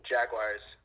Jaguars